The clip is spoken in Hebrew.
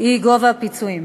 היא גובה הפיצויים,